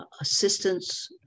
assistance